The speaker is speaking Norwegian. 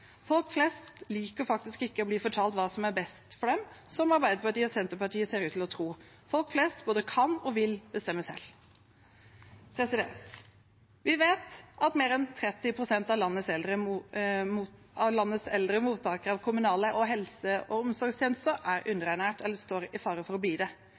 Folk flest liker faktisk ikke å bli fortalt hva som er best for dem, som Arbeiderpartiet og Senterpartiet ser ut til å tro. Folk flest både kan og vil bestemme selv. Vi vet at mer enn 30 pst. av landets eldre mottakere av kommunale helse- og omsorgstjenester er underernært eller står i fare for å bli det.